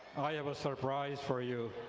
i have a surprise for you,